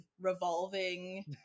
revolving